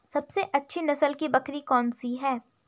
सबसे अच्छी नस्ल की बकरी कौन सी है?